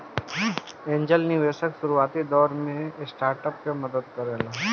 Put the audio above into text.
angel निवेशक शुरुआती दौर में स्टार्टअप के मदद करेला